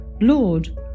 Lord